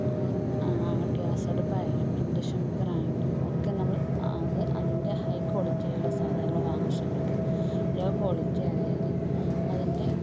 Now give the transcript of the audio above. നമ്മൾ ഗ്യാസ് അടുപ്പായാലും ഇൻഡക്ഷൻ കുക്കറാണെങ്കിലും ഒക്കെ നമ്മൾ അത് അതിൻ്റെ ഹൈ ക്വാളിറ്റി ഉള്ള സാധനങ്ങൾ വാങ്ങാൻ ശ്രമിക്കുക ലോ ക്വാളിറ്റി ആയാൽ അതിൻ്റെ